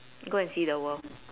go and see the world